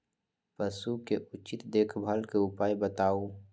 पशु के उचित देखभाल के उपाय बताऊ?